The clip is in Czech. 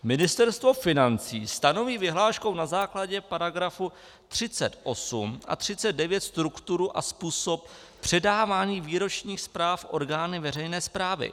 Ministerstvo financí stanoví vyhláškou na základě § 38 a 39 strukturu a způsob předávání výročních zpráv orgány veřejné správy.